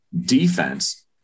defense